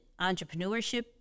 entrepreneurship